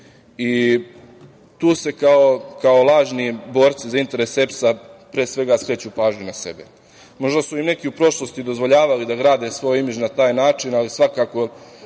Tu kao lažni borci za interes EPS-a pre svega skreću pažnju na sebe. Možda su im neki u prošlosti dozvoljavali da grade svoj imidž na taj način, ali svakako